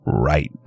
right